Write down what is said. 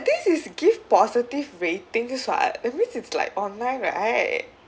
this is give positive ratings [what] that means it's like online right